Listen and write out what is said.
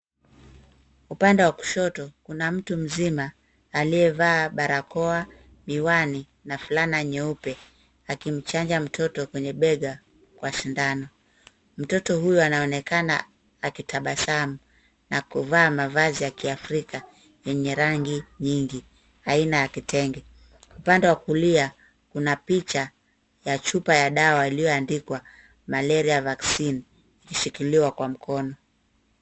Upande wa kushoto, kuna mtu mzima aliyevaa barakoa, miwani na fulana nyeupe akimchanja mtoto kwenye bega kwa shindano. Mtoto huyu anaonekana akitabasamu na kuvaa mavazi ya kiafrika yenye rangi nyingi aina ya kitenge. Upande wa kulia, kuna picha ya chupa ya dawa iliyoandikwa Malaria vaccine ikishikiliwa kwa mkono.